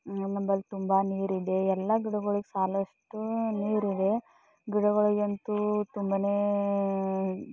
ನಮ್ಮಲ್ಲಿ ತುಂಬ ನೀರಿದೆ ಎಲ್ಲ ಬೆಳೆಗಳಿಗೆ ಸಾಲುವಷ್ಟು ನೀರಿದೆ ಗಿಡಗಳಿಗಂತೂ ತುಂಬನೇ